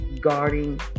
guarding